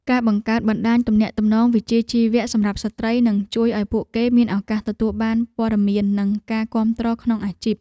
ការបង្កើតបណ្តាញទំនាក់ទំនងវិជ្ជាជីវៈសម្រាប់ស្ត្រីនឹងជួយឱ្យពួកគេមានឱកាសទទួលបានព័ត៌មាននិងការគាំទ្រក្នុងអាជីព។